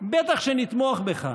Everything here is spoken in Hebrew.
בטח שנתמוך בך.